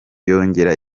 yongera